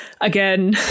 again